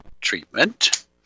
Treatment